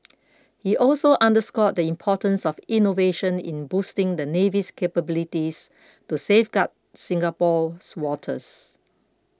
he also underscored the importance of innovation in boosting the navy's capabilities to safeguard Singapore's waters